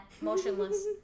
motionless